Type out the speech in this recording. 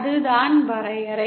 அதுதான் வரையறை